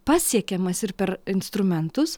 pasiekiamas ir per instrumentus